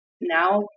now